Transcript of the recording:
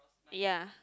ya